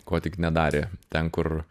ko tik nedarė ten kur